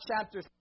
chapter